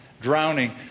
drowning